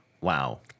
Wow